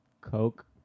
coke